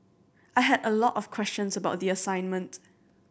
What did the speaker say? I had a lot of questions about the assignment